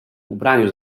ubraniu